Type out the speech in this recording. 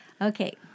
Okay